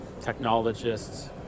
technologists